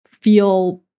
Feel